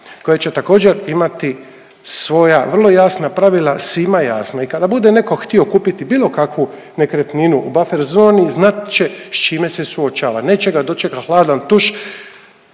koje će također imati svoja vrlo jasna pravila. Svima je jasno i kada bude neko htio kupiti bilo kakvu nekretninu u buffer zoni znat će s čime se suočava, neće ga dočekat hladan tuš